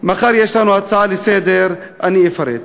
מחר יש לנו הצעה לסדר-היום, ואני אפרט.